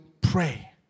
pray